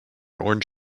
orange